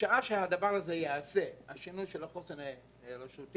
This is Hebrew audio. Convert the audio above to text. משעה שהשינוי של החוסן הרשותי